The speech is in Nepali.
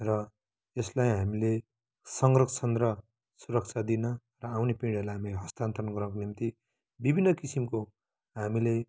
र यसलाई हामीले संरक्षण र सुरक्षा दिन र आउने पिँढीहरूलाई हामीले हस्तान्तरण गर्नको निम्ति विभिन्न किसिमको हामीले